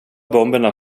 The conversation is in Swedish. bomberna